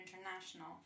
International